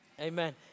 Amen